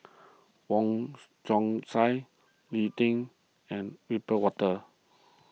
Wong Chong Sai Lee Tjin and Wiebe Wolters